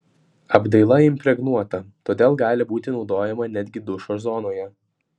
apdaila impregnuota todėl gali būti naudojama netgi dušo zonoje